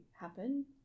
happen